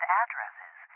addresses